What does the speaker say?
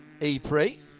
e-pre